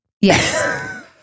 Yes